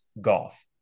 golf